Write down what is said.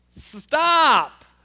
Stop